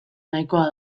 nahikoa